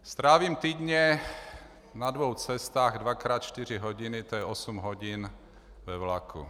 Strávím týdně na dvou cestách dvakrát čtyři hodiny, to je osm hodin ve vlaku.